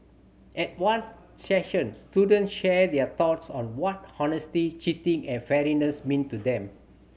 at one session students shared their thoughts on what honesty cheating and fairness mean to them